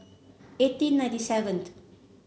eighteen ninety seven